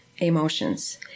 Emotions